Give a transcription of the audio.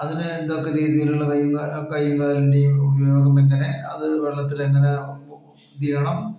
അതിന് എന്തൊക്കെ രീതിയിലുള്ള കൈയും കാലിൻ്റെയും ഉപയോഗമെങ്ങനെ അത് വെള്ളത്തിൽ അങ്ങനെ നീങ്ങണം